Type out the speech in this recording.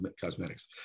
cosmetics